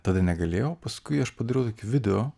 tada negalėjau paskui aš padariau tokį video